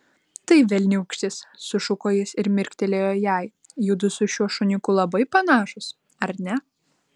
tai velniūkštis sušuko jis ir mirktelėjo jai judu su šiuo šuniuku labai panašūs ar ne